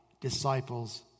disciples